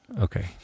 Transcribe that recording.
Okay